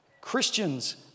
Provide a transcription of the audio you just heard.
Christians